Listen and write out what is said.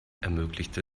ermöglichte